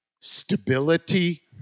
stability